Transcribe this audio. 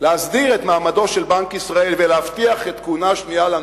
להסדיר את מעמדו של בנק ישראל ולהבטיח כהונה שנייה לנגיד,